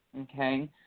Okay